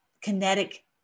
kinetic